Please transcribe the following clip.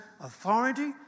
authority